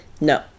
no